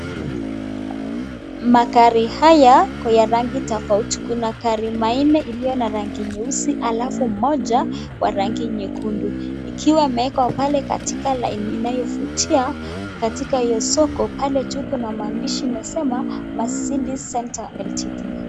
Magari haya ni ya rangi tofauti. Kuna magari manne iliyo na rangi nyeusi, alafu moja kwa rangi nyekundu. Ikiwa imewekwa pale katika laini inayovutia, katika hiyo soko, pale juu kuna maandishi inasema Mercedes Centre LTD .